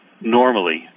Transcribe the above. normally